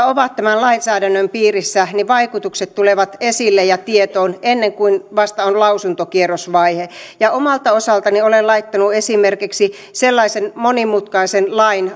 ovat tämän lainsäädännön piirissä sen vaikutukset tulevat esille ja tietoon ennen kuin vasta lausuntokierrosvaiheessa omalta osaltani olen esimerkiksi laittanut avoimeen valmisteluun sellaisen monimutkaisen lain